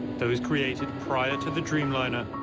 those created prior to the dreamliner,